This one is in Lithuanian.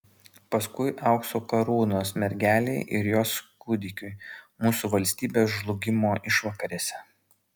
paskui aukso karūnos mergelei ir jos kūdikiui mūsų valstybės žlugimo išvakarėse